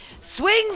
swings